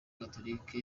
gatolika